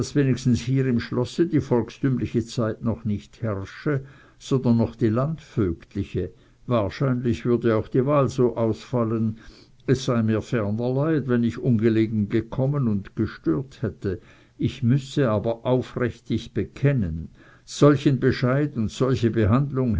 wenigstens hier im schlosse die volkstümliche zeit noch nicht herrsche sondern noch die landvögtliche wahrscheinlich würde auch die wahl also ausfallen es sei mir ferner leid wenn ich ungelegen gekommen und gestört hätte ich müsse aber aufrichtig bekennen solchen bescheid und solche behandlung